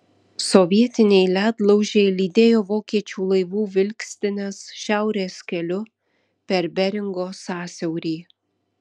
sovietiniai ledlaužiai lydėjo vokiečių laivų vilkstines šiaurės keliu per beringo sąsiaurį